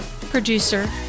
producer